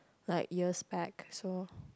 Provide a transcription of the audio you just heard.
like years back so